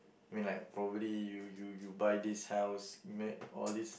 I mean like probably you you you buy this house all this